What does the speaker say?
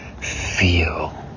feel